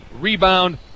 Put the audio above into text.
Rebound